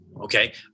Okay